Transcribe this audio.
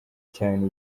cyane